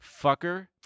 Fucker